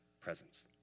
presence